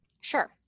Sure